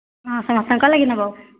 ହଁ ସମସ୍ତଙ୍କର୍ ଲାଗି ନବ